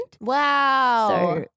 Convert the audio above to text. Wow